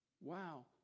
wow